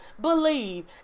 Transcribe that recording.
believe